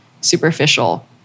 superficial